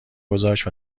گذاشت